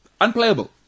unplayable